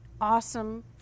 awesome